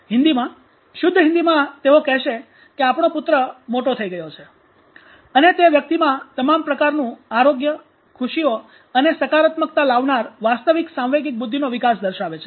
હિન્દીમાં શુદ્ધ હિન્દીમાં તેઓ કહેશે કે આપણો પુત્ર મોટો થઈ ગયો છે અને તે વ્યક્તિમાં તમામ પ્રકારનું આરોગ્ય ખુશીઓ અને સકારાત્મકતા લાવનાર વાસ્તવિક સાંવેગિક બુદ્ધિનો વિકાસ દર્શાવે છે